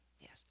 Yes